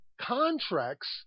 contracts